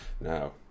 Now